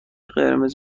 قرمز